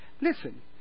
Listen